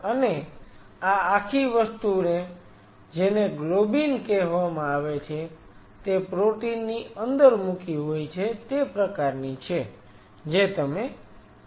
અને આ આખી વસ્તુને જેને ગ્લોબિન કહેવામાં આવે છે તે પ્રોટીન ની અંદર મૂકી હોય તે પ્રકારની છે જે તમે જાણો છો